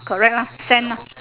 correct lah sand ah